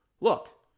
Look